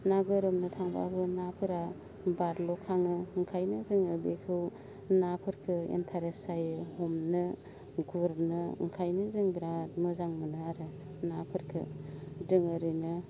ना गोरोमनो थांब्लाबो नाफोरा बाज्ल'खाङो ओंखायनो जोङो बेखौ नाफोरखो इन्ट्रेस्ट जायो हमनो गुरनो ओंखायनो जों बेराद मोजां मोनो आरो नाफोरखो जों ओरैनो